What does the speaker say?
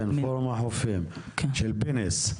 כן, פורום החופים של פינס?